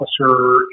officer